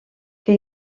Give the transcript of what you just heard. que